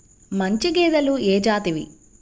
మంచి గేదెలు ఏ జాతివి?